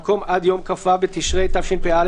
במקום עד יום כ"ו בתשרי התשפ"א,